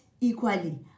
equally